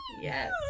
Yes